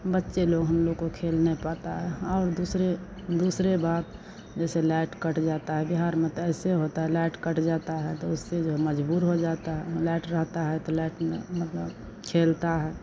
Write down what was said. बच्चे लोग हम लोग को खेलने पाता है और दूसरे दूसरे बात जैसे लाएट कट जाता है बिहार में त ऐसे होता है लाएट कट जाता है तो उससे जो है मजबूर हो जाता है लाएट रहता है तो लाएट में मतलब खेलता है